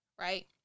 Right